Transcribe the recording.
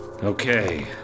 Okay